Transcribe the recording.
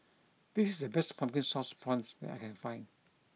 this is the best pumpkin sauce prawns that I can find